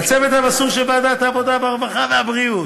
לצוות המסור של ועדת העבודה, הרווחה והבריאות,